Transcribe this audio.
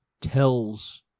tells